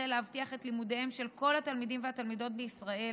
להבטיח את לימודיהם של כל התלמידים והתלמידות בישראל.